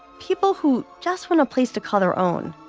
people who just want a place to call their own.